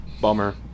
Bummer